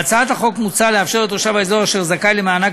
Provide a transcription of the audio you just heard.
בהצעת החוק מוצע לאפשר לתושב האזור אשר זכאי למענק